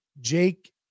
jake